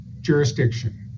jurisdiction